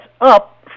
up